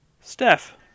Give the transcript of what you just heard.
Steph